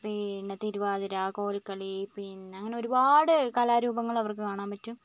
പിന്നെ തിരുവാതിര കോൽക്കളി പിന്നെ അങ്ങനെ ഒരുപാട് കലാരൂപങ്ങൾ അവർക്ക് കാണാൻ പറ്റും